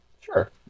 Sure